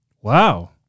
Wow